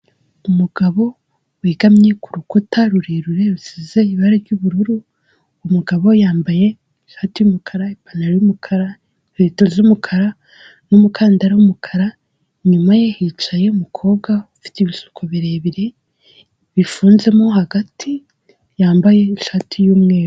Umugabo wegamye kurukuta rurerure rusize ibara ry'ubururu, umugabo yambaye ishati yumukara, ipantaro yumukara, inkweto z'umukara n'umukandara wumukara. Inyuma ye yicaye umukobwa ufite ibisuko birebire bifunzemo hagati yambaye ishati y'umweru.